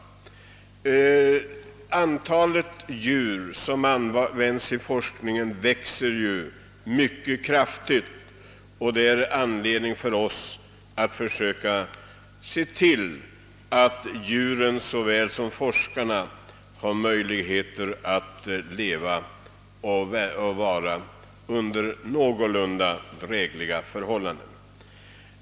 Antalet sådana djur växer mycket kraftigt. Och det är anledning för oss att tillse att djuren liksom forskarna får möjligheter att leva och arbeta under någorlunda drägliga förhållanden.